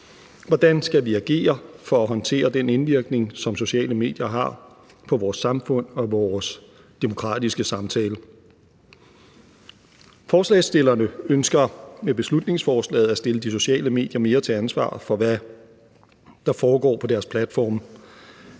Hvordan skal vi agere for at håndtere den indvirkning, som sociale medier har på vores samfund og vores demokratiske samtale? Forslagsstillerne ønsker med beslutningsforslaget at stille de sociale medier mere til ansvar for, hvad der foregår på deres platforme.